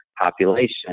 population